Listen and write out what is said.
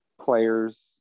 players